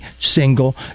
single